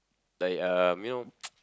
like um you know